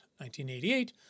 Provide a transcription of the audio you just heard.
1988